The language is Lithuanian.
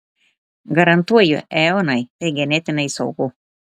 garantuoju eonai tai ganėtinai saugu